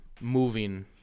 moving